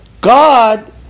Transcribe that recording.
God